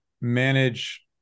manage